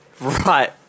Right